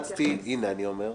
הינה, אני אומר.